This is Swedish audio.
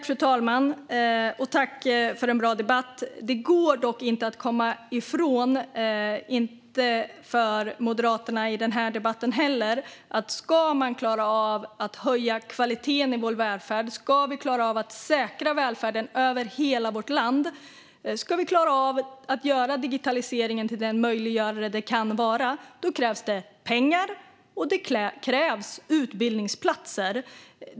Fru talman! Tack, Johan Hultberg, för en bra debatt! Det går dock inte för Moderaterna att komma ifrån att om man ska kunna höja kvaliteten i vår välfärd, säkra välfärden i hela vårt land och göra digitaliseringen till den möjliggörare den kan vara krävs det pengar och utbildningsplatser.